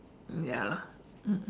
ya lah